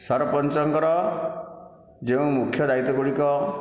ସରପଞ୍ଚଙ୍କର ଯେଉଁ ମୁଖ୍ୟ ଦାୟିତ୍ଵ ଗୁଡ଼ିକ